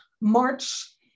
March